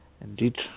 Indeed